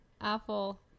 Apple